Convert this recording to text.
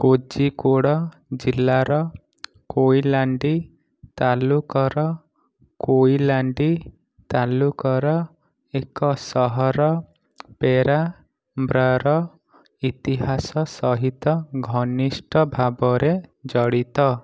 କୋଜିକୋଡ଼ ଜିଲ୍ଲାର କୋଇଲାଣ୍ଡି ତାଲୁକର କୋଇଲାଣ୍ଡି ତାଲୁକର ଏକ ସହର ପେରାମ୍ବ୍ରାର ଇତିହାସ ସହିତ ଘନିଷ୍ଠ ଭାବରେ ଜଡ଼ିତ